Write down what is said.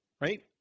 Right